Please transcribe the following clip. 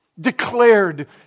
declared